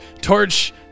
torch